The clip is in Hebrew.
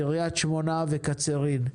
קריית שמונה וקצרין.